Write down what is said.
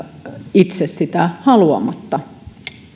itse sitä haluamatta